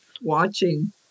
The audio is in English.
watching